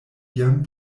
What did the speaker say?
jam